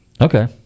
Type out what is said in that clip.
Okay